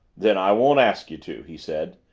then i won't ask you to, he said,